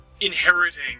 inheriting